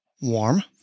warm